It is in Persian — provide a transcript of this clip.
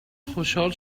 خوشحال